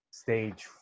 stage